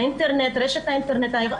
רשת האינטרנט.